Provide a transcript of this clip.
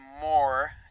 more